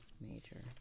major